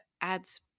adds